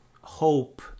hope